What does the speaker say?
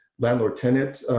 landlord-tenant